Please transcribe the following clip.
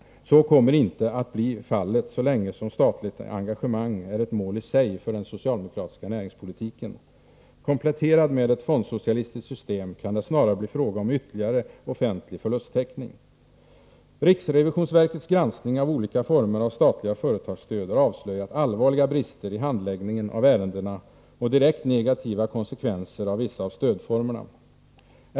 Så kommer inte att bli fallet så länge som statligt engagemang är ett mål i sig för den socialdemokratiska näringspolitiken. Kompletterad med ett fondsocialistiskt system kan det snarare bli fråga om ytterligare offentlig förlusttäckning. Riksrevisionsverkets granskning av olika former av statliga företagsstöd har avslöjat allvarliga brister i handläggningen av ärendena och direkt negativa konsekvenser av vissa av stödformerna.